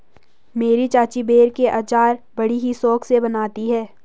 मेरी चाची बेर के अचार बड़ी ही शौक से बनाती है